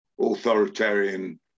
Authoritarian